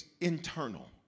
internal